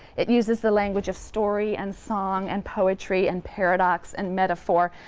it uses the language of story and song and poetry and paradox and metaphor.